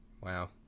wow